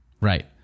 Right